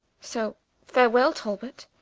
so farwell talbot,